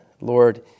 Lord